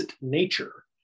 nature